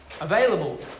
available